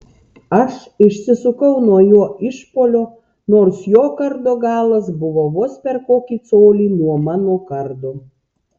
aš išsisukau nuo jo išpuolio nors jo kardo galas buvo vos per kokį colį nuo mano kardo